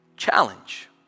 challenge